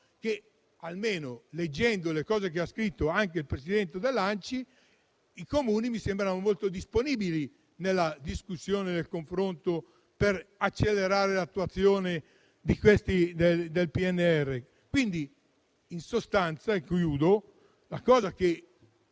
caso, almeno leggendo le cose che sono state scritte anche dal Presidente dell'ANCI, i Comuni mi sembrano molto disponibili alla discussione e al confronto per accelerare l'attuazione del PNRR. In sostanza - e chiudo - ciò che